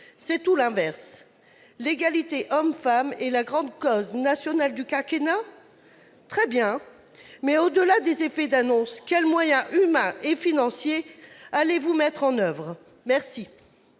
C'est tout l'inverse ! L'égalité entre les hommes et les femmes est la grande cause nationale du quinquennat ? Très bien ! Mais, au-delà des effets d'annonce, quels moyens humains et financiers allez-vous mettre en oeuvre ? La